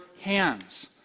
hands